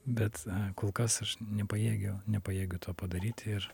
bet kol kas aš nepajėgiu nepajėgiu to padaryti ir